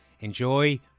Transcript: Enjoy